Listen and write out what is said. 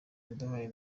yaduhaye